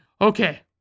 Okay